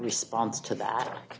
response to that